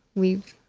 we've